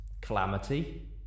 Calamity